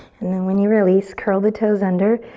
and then when you release, curl the toes under,